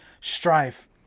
strife